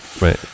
Right